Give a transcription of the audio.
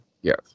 Yes